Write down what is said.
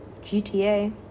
GTA